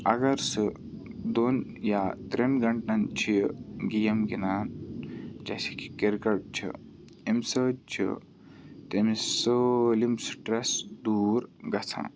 اگر سُہ دۄن یا ترٛٮ۪ن گنٹَن چھِ گیم گِنٛدان جیسے کہِ کِرکَٹ چھِ اَمہِ سۭتۍ چھِ تٔمِس سٲلِم سٹرٛٮ۪س دوٗر گژھان